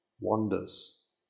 wonders